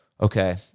Okay